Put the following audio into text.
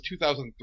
2003